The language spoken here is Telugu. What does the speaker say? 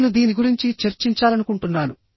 నేను దీని గురించి చర్చించాలనుకుంటున్నాను